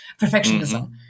perfectionism